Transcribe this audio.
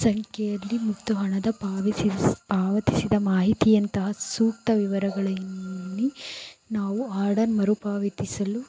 ಸಂಖ್ಯೆಯಲ್ಲಿ ಮತ್ತು ಹಣದ ಪಾವ ಪಾವತಿಸಿದ ಮಾಹಿತಿಯಂತ ಸೂಕ್ತ ವಿವರಗಳಲ್ಲಿ ನಾವು ಆರ್ಡರ್ ಮರುಪಾವತಿಸಲು